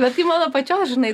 bet tai mano pačios žinai